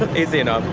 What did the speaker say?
and easy enough.